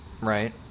right